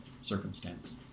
circumstance